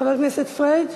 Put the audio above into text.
חבר הכנסת פריג',